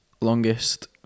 longest